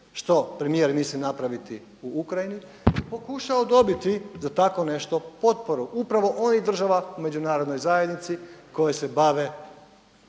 što premijer misli napraviti u Ukrajini. Pokušao dobiti za tako nešto potporu upravo onih država u Međunarodnoj zajednici koje se bave